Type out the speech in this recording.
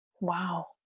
Wow